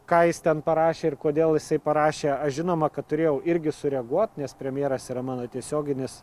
ką jis ten parašė ir kodėl jisai parašė aš žinoma kad turėjau irgi sureaguot nes premjeras yra mano tiesioginis